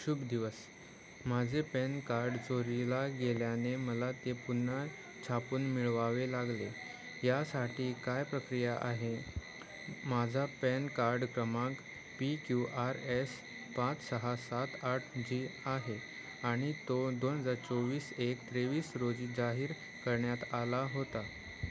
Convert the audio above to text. शुभ दिवस माझे पॅन कार्ड चोरीला गेल्याने मला ते पुन्हा छापून मिळवावे लागले यासाठी काय प्रक्रिया आहे माझा पॅन कार्ड क्रमांक पी क्यू आर एस पाच सहा सात आठ जी आहे आणि तो दोन हजार चोवीस एक तेवीस रोजी जाहीर करण्यात आला होता